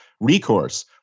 recourse